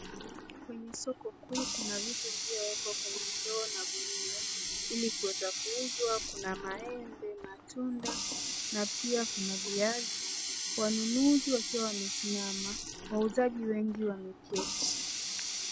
Kwenye soko kuu kuna vitu viliyowekwa kwenye ndoo na gunia ili kuweza kuuzwa. Kuna maende, matunda na pia kuna viazi. Wanunuzi wakiwa wamesimama. Wauzaji wengi wameketi.